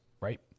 right